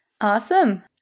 awesome